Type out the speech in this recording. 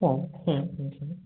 হুম হুম হুম হুম